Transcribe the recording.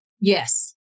Yes